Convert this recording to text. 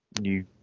new